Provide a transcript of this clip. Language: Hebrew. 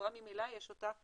שלחברה ממילא יש אותה,